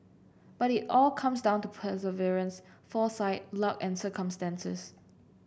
but it all comes down to perseverance foresight luck and circumstances